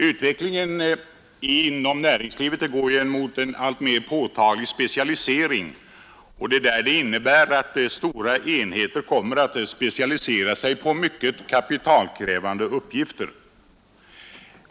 Utvecklingen inom näringslivet går mot en alltmer påtaglig specialisering, och detta innebär att stora enheter kommer att specialisera sig på mycket kapitalkrävande uppgifter.